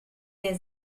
der